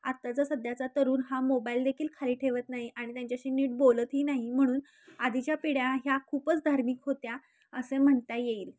आत्ताचा सध्याचा तरुण हा मोबाईल देखील खाली ठेवत नाही आणि त्यांच्याशी नीट बोलतही नाही म्हणून आधीच्या पिढ्या ह्या खूपच धार्मिक होत्या असे म्हणता येईल